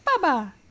Baba